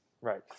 Right